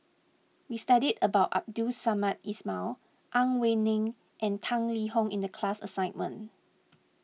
we studied about Abdul Samad Ismail Ang Wei Neng and Tang Liang Hong in the class assignment